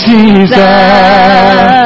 Jesus